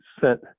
sent